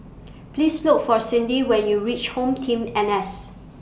Please Look For Cindy when YOU REACH HomeTeam N S